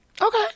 Okay